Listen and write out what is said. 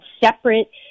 separate